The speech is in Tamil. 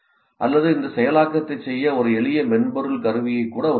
அல்லது இந்தச் செயலாக்கத்தைச் செய்ய ஒரு எளிய மென்பொருள் கருவியைக் கூட உருவாக்கலாம்